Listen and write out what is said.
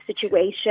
situation